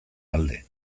alde